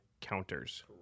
counters